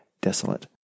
desolate